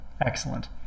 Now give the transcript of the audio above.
Excellent